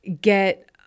get